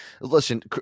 Listen